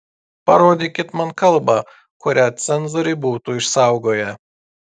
parodykit man kalbą kurią cenzoriai būtų išsaugoję